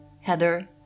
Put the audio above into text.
Heather